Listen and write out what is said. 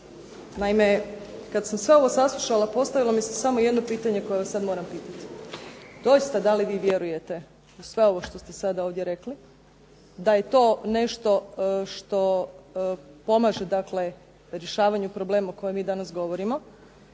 Naime, kad sam sve ovo saslušala postavilo mi se samo jedno pitanje koje vas sad moram pitati. Doista da li vi vjerujete u sve ovo što ste sada ovdje rekli? Da je to nešto što pomaže rješavanju problema o kojem mi danas govorimo?